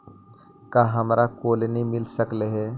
का हमरा कोलनी मिल सकले हे?